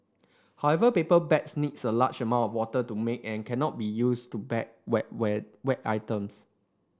however paper bags needs a large amount of water to make and cannot be used to bag wet wet items